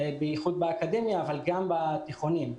ביחוד באקדמיה, אבל גם בתיכונים.